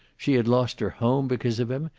she had lost her home because of him,